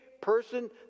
person